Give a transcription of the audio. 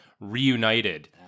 reunited